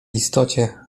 istocie